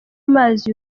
amazi